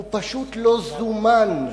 הוא פשוט לא זומן.